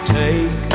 take